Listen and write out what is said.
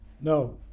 No